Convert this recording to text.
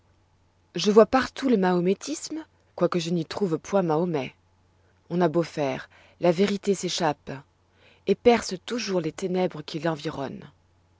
je vois partout le mahométisme quoique je n'y trouve point mahomet on a beau faire la vérité s'échappe et perce toujours les ténèbres qui l'environnent